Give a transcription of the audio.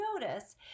notice